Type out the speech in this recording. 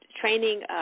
training